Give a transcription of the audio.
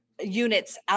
units